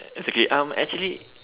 it's okay um actually